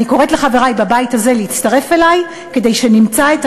אני קוראת לחברי בבית הזה להצטרף אלי כדי שנמצא את